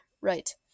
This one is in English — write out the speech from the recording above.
right